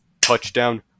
touchdown